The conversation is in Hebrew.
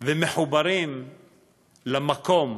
ומחוברים למקום,